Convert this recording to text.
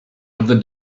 other